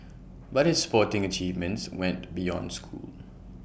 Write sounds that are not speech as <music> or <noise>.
but his sporting achievements went beyond school <noise>